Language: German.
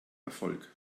erfolg